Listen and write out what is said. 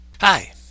Hi